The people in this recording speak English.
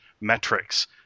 metrics